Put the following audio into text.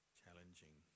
challenging